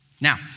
Now